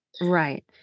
Right